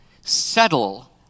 settle